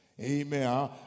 Amen